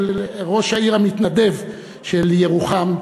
של ראש העיר המתנדב של ירוחם,